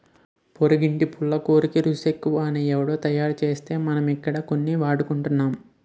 పొరిగింటి పుల్లకూరకి రుసెక్కువని ఎవుడో తయారుసేస్తే మనమిక్కడ కొని వాడుకుంటున్నాం